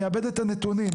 אני אעבד את הנתונים.